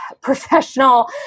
professional